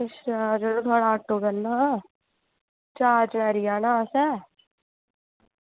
अच्छा ते महां ऑटो करना हा चार टायरी आह्ला असें